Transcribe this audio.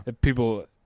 People